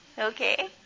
Okay